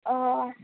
অঁ অঁ